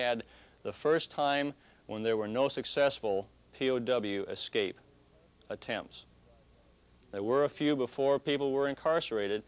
had the first time when there were no successful p o w escape attempts there were a few before people were incarcerated